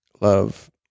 love